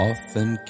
Often